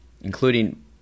including